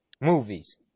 movies